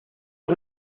los